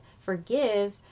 forgive